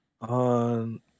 on